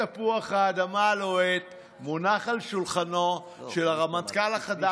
תפוח האדמה הלוהט מונח על שולחנו של הרמטכ"ל החדש.